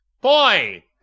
Boy